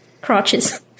crotches